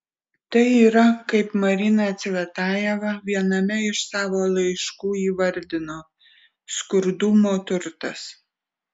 tai yra kaip marina cvetajeva viename iš savo laiškų įvardino skurdumo turtas